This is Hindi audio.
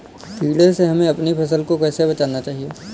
कीड़े से हमें अपनी फसल को कैसे बचाना चाहिए?